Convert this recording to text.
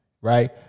right